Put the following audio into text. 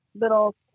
little